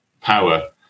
power